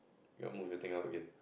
you want move your thing out again